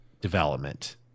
development